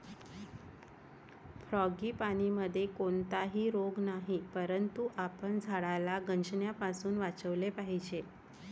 फ्रांगीपानीमध्ये कोणताही रोग नाही, परंतु आपण झाडाला गंजण्यापासून वाचवले पाहिजे